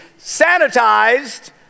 sanitized